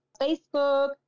Facebook